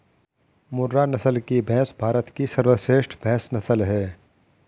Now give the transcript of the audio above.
मुर्रा नस्ल की भैंस भारत की सर्वश्रेष्ठ भैंस नस्ल है